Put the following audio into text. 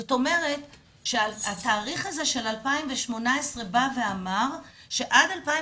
זאת אומרת שהתאריך הזה של 2018 אמר שעד 2018